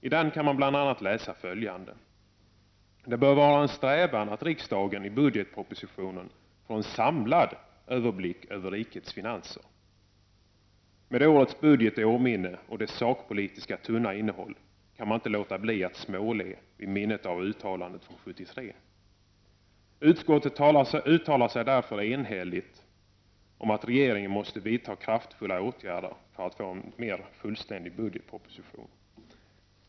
I den kan man bl.a. läsa följande: ”Det bör vara en strävan att riksdagen i budgetpropositionen får en samlad överblick över rikets finanser.” Med årets budget i åminne och dess sakpolitiskt tunna innehåll kan man inte låta bli att småle inför detta uttalande från 1973. Utskottet uttalar enhälligt att regeringen måste vidta kraftfulla åtgärder för att få en mer fullständig budgetproposition.